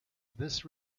this